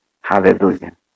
Hallelujah